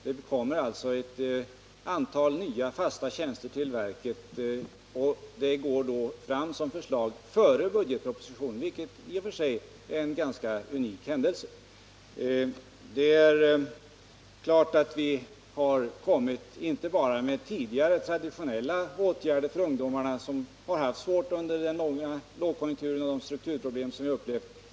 Verket får alltså ett antal nya tjänster, och förslag läggs fram före budgetpropositionen, vilket i och för sig är en ganska unik händelse. Givetvis har vi vidtagit inte bara traditionella åtgärder för att hjälpa de ungdomar som haft det svårt under den långa lågkonjunkturen och med de strukturproblem vi upplevt.